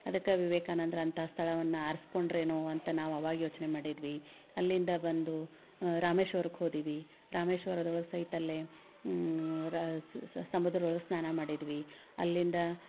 ಅದಕ್ಕೆ ವಿವೇಕಾನಂದ್ರು ಅಂಥ ಸ್ಥಳವನ್ನು ಆರಿಸ್ಕೊಂಡ್ರೇನೋ ಅಂತ ನಾವು ಅವಾಗ ಯೋಚನೆ ಮಾಡಿದ್ವಿ ಅಲ್ಲಿಂದ ಬಂದು ರಾಮೇಶ್ವರಕ್ಕೆ ಹೋದಿವಿ ರಾಮೇಶ್ವರದ ಒಳಗೆ ಸಹಿತ ಅಲ್ಲಿ ರಾಸ್ ಸಮುದ್ರದೊಳಗೆ ಸ್ನಾನ ಮಾಡಿದ್ವಿ ಅಲ್ಲಿಂದ